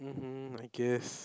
mmhmm I guess